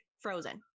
frozen